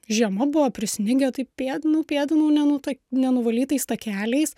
žiema buvo prisnigę tai pėdinau pėdinau ne nu ta ne nuvalytais takeliais